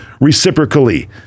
reciprocally